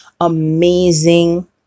amazing